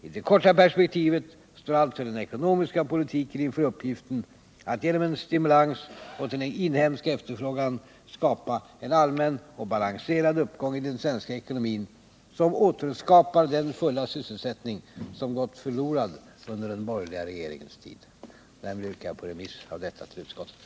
I det korta perspektivet står alltså den ekonomiska politiken inför uppgiften att genom en stimulans åt den inhemska efterfrågan skapa en allmän och balanserad uppgång i den svenska ekonomin som återskapar den fulla sysselsättning som gått förlorad under den borgerliga regeringens tid. Jag yrkar på remiss av motionen till utskottet.